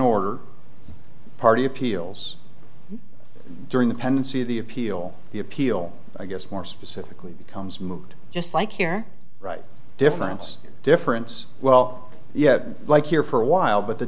order party appeals during the pendency of the appeal the appeal i guess more specifically becomes moot just like here right difference difference well yeah like here for a while but the